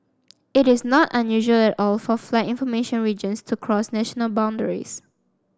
it is not unusual at all for flight information regions to cross national boundaries